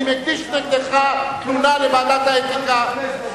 אני מגיש נגדך תלונה לוועדת האתיקה.